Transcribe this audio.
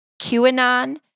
QAnon